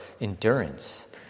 endurance